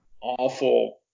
awful –